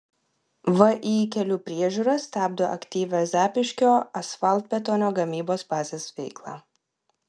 vį kelių priežiūra stabdo aktyvią zapyškio asfaltbetonio gamybos bazės veiklą